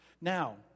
Now